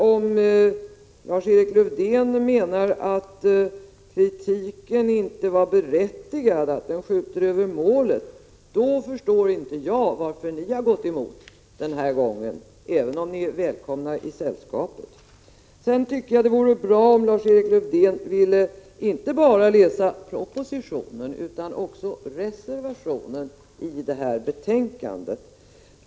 Om Lars-Erik Lövdén menar att kritiken inte var berättigad och att den skjuter över målet förstår jag inte varför ni denna gång har gått emot förslaget, även om ni är välkomna i sällskapet. Jag tycker att det vore bra om Lars-Erik Lövdén ville läsa inte bara propositionen utan också reservationen till detta betänkande.